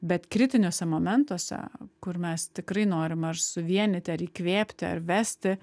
bet kritiniuose momentuose kur mes tikrai norim ar suvienyti ar įkvėpti ar vesti